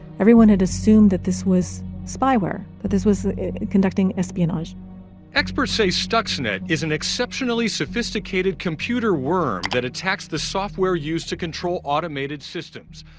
everyone had assumed that this was spyware, that this was conducting espionage experts say stuxnet is an exceptionally sophisticated computer worm that attacks the software used to control automated systems.